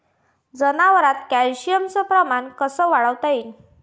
जनावरात कॅल्शियमचं प्रमान कस वाढवता येईन?